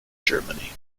germany